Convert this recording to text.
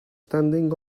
standing